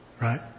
Right